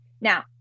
Now